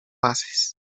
bases